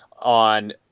on